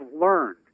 learned